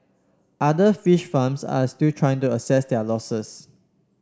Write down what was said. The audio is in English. other fish farms are still trying to assess their losses